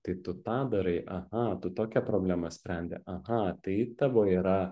tai tu tą darai aha tu tokią problemą sprendi aha tai tavo yra